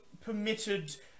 permitted